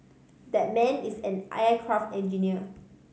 that man is an aircraft engineer